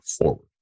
forward